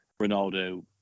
Ronaldo